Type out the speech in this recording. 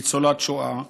ניצולת שואה,